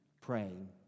praying